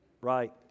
Right